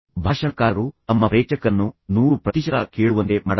ಭಾಷಣಕಾರರು ತಮ್ಮ ಪ್ರೇಕ್ಷಕರನ್ನು 100 ಪ್ರತಿಶತ ಕೇಳುವಂತೆ ಮಾಡಬಹುದು